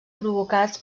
provocats